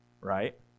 Right